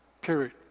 Period